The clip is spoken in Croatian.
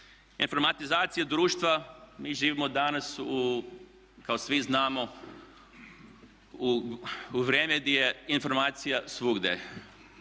Informatizacija društva, mi živimo danas kako svi znamo u vrijeme gdje je informacija svugdje.